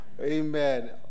Amen